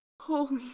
Holy